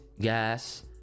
gas